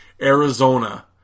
Arizona